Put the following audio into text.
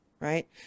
right